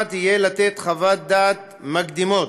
המשמעת יהיה לתת חוות-דעת מקדימות